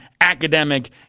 academic